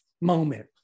moment